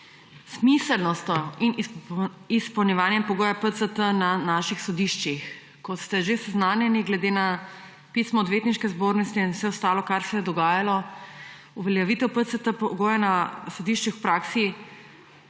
smiselnostjo in izpolnjevanjem pogoja PCT na naših sodiščih. Kot ste že seznanjeni, glede na pismo Odvetniške zbornice in vse ostalo, kar se je dogajalo, uveljavitev PCT pogoja na sodiščih v praksi